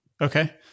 Okay